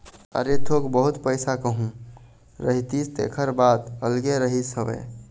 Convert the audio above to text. अरे थोक बहुत पइसा कहूँ रहितिस तेखर बात अलगे रहिस हवय